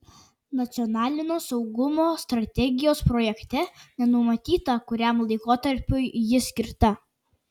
nacionalinio saugumo strategijos projekte nenumatyta kuriam laikotarpiui ji skirta